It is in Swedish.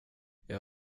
jag